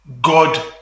god